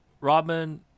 Robin